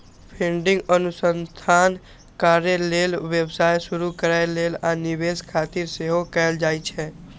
funding अनुसंधान कार्य लेल, व्यवसाय शुरू करै लेल, आ निवेश खातिर सेहो कैल जाइ छै